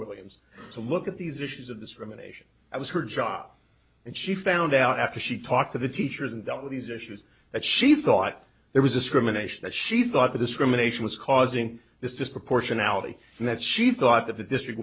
williams to look at these issues of this rumination i was her job and she found out after she talked to the teachers and dealt with these issues that she thought there was discrimination that she thought the discrimination was causing this disproportionality and that she thought that the district